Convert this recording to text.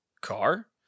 car